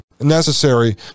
necessary